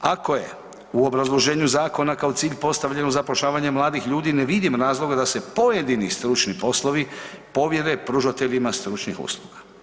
Ako je u obrazloženju zakona kao cilj postavljeno zapošljavanje mladih ljudi ne vidim razloga da se pojedini stručni poslovi povjere pružateljima stručnih usluga.